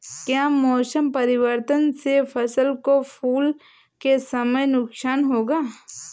क्या मौसम परिवर्तन से फसल को फूल के समय नुकसान होगा?